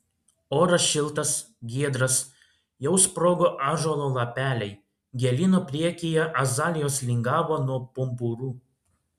oras šiltas giedras jau sprogo ąžuolo lapeliai gėlyno priekyje azalijos lingavo nuo pumpurų